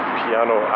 piano